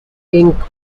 ink